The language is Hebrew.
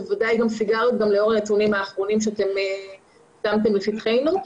ובוודאי גם סיגריות לאור הנתונים האחרונים ששמתם לפתחנו.